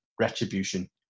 Retribution